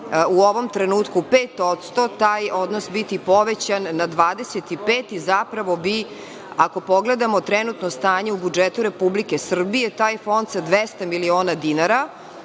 u ovom trenutku 5% taj odnos biti povećan na 25% i zapravo bi, ako pogledamo trenutno stanje u budžetu Republike Srbije, taj fond sa 200 miliona dinara